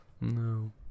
No